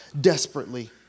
desperately